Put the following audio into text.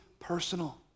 personal